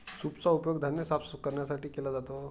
सूपचा उपयोग धान्य साफ करण्यासाठी केला जातो